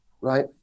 right